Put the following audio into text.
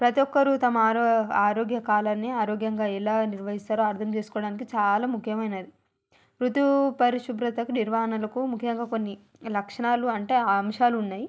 ప్రతి ఒక్కరూ తమ ఆరో ఆరోగ్యకాలాన్ని ఆరోగ్యంగా ఎలా నిర్వహిస్తరో అర్ధం చేసుకోవడానికి చాలా ముఖ్యమైనది ఋతు పరిశుభ్రతకు నిర్వహణలకు ముఖ్యంగా కొన్ని లక్షణాలు అంటే అంశాలున్నాయి